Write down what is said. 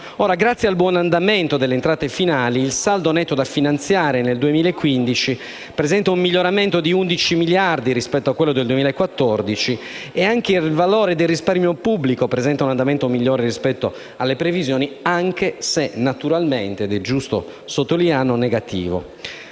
Grazie al buon andamento delle entrate finali, il saldo netto da finanziare nel 2015 presenta un miglioramento di 11 miliardi rispetto a quello del 2014 e anche il valore del risparmio pubblico presenta un andamento migliore rispetto alle previsioni, anche se naturalmente negativo (ed è giusto sottolinearlo).